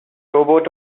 robot